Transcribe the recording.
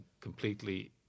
completely